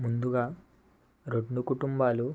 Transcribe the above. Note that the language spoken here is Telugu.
ముందుగా రెండు కుటుంబాలు